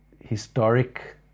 historic